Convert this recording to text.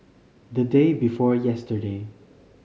the day before yesterday